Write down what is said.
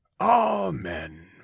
Amen